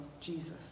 Jesus